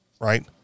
right